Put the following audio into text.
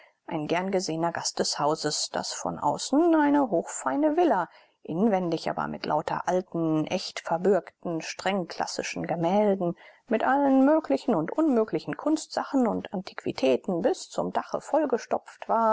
ein gern gesehener gast des hauses das von außen eine hochfeine villa inwendig aber mit lauter alten echt verbürgten strengklassischen gemälden mit allen möglichen und unmöglichen kunstsachen und antiquitäten bis zum dache vollgestopft war